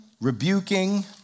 rebuking